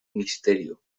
misterio